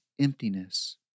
emptiness